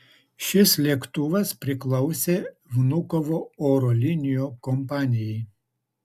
šis lėktuvas priklausė vnukovo oro linijų kompanijai